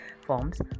forms